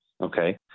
okay